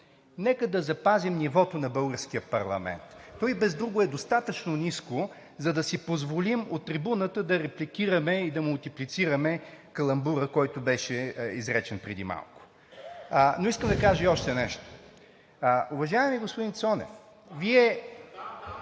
Нека да запазим нивото на българския парламент. То и бездруго е достатъчно ниско, за да си позволим от трибуната да репликираме и да мултиплицираме каламбура, който беше изречен преди малко. Но искам да кажа и още нещо. Уважаеми господин Цонев…